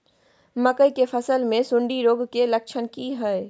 मकई के फसल मे सुंडी रोग के लक्षण की हय?